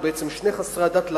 או בעצם שני חסרי הדת,